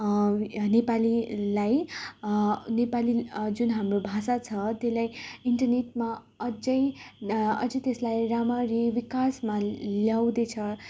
नेपालीलाई नेपाली जुन हाम्रो भाषा छ त्यसलाई इन्टरनेटमा अझै अझै त्यसलाई राम्ररी विकासमा ल्याउँदैछ